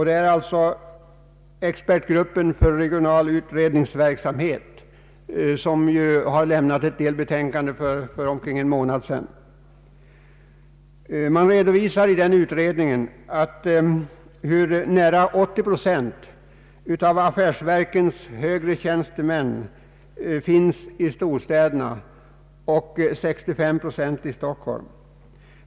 Det är expertgruppen för regional utredningsverksamhet, ERU, som för omkring en månad sedan avgav ett delbetänkande. Man redovisar i denna utredning att nära 80 procent av affärsverkens högre tjänstemän finns i storstäderna, därav 65 procent i Stockholm.